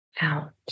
out